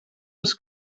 als